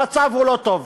המצב לא טוב.